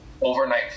overnight